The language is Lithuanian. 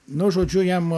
nu žodžiu jam